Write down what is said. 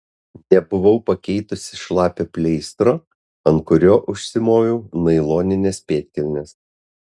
nebuvau pakeitusi šlapio pleistro ant kurio užsimoviau nailonines pėdkelnes